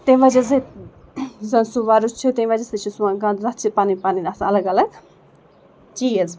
تمہِ وجہ سۭتۍ یُس زَن سُہ وَرُس چھِ تمہِ وجہ سۭتۍ چھِ سون گانٛد وَتھ چھِ پَنٕںۍ پَننۍ آسان الگ الگ چیٖز